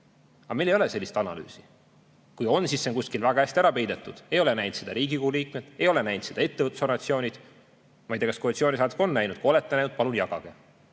Aga meil ei ole sellist analüüsi. Kui on, siis see on kuskil väga hästi ära peidetud. Ei ole näinud seda Riigikogu liikmed, ei ole näinud seda ettevõtlusorganisatsioonid. Ma ei tea, kas koalitsioonisaadikud on näinud. Kui olete näinud, palun jagage!